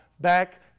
back